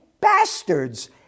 bastards